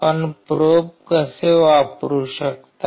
आपण प्रोब कसे वापरू शकता